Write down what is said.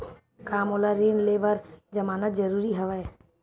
का मोला ऋण ले बर जमानत जरूरी हवय?